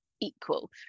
equal